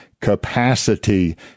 capacity